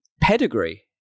pedigree